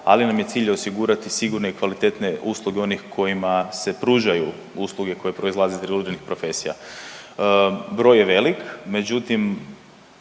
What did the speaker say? ali nam je cilj osigurati sigurne i kvalitetne usluge onih kojima se pružaju usluge koje proizlaze iz određenih profesija. Broj je velik, međutim